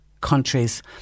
countries